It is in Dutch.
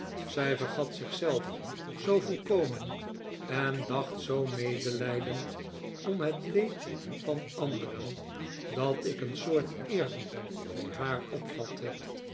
zij vergat zichzelf zoo volkomen en dacht zoo medelijdend om het leed van anderen dat ik een soort eerbied voor haar